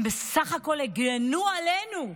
הם בסך הכול הגנו עלינו,